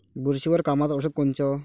बुरशीवर कामाचं औषध कोनचं?